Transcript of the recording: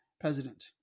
president